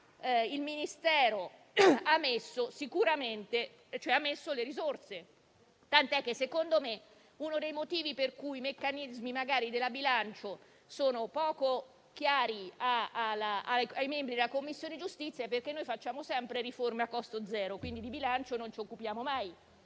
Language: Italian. il Ministero ha stanziato le risorse, tant'è che - secondo me - uno dei motivi per cui i meccanismi della Commissione bilancio sono poco chiari ai membri della Commissione giustizia è perché noi facciamo sempre riforme a costo zero, e quindi di bilancio non ci occupiamo mai.